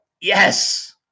Yes